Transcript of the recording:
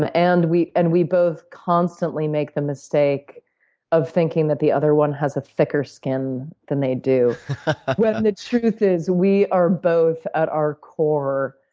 ah and we and we both constantly make the mistake of thinking that the other one has thicker skin than they do, when the truth is we are both, at our core,